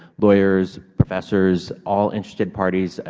lawyers, professors, all interested parties,